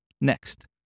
Next